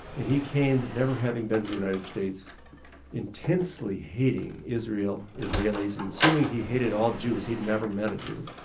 and he came never having been to the united states intensely hating israel, israelis and assuming he hated all jews, he'd never met a jew.